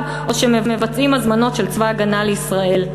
או שמבצעים הזמנות של צבא הגנה לישראל".